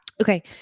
okay